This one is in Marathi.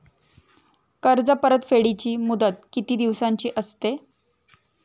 कर्ज परतफेडीची मुदत किती दिवसांची असते?